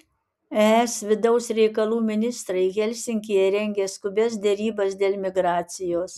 es vidaus reikalų ministrai helsinkyje rengia skubias derybas dėl migracijos